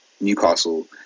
Newcastle